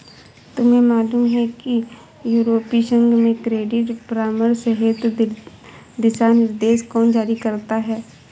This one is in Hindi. तुम्हें मालूम है कि यूरोपीय संघ में क्रेडिट परामर्श हेतु दिशानिर्देश कौन जारी करता है?